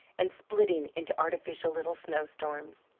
and splitting into artificial little snowstorms.